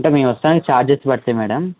అంటే మేము వస్తాం కానీ చార్జెస్ పడతాయి మేడం